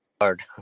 hard